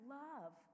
love